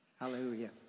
Hallelujah